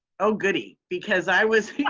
oh, goody. because i was,